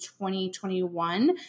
2021